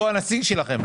הוא הנציג שלכם.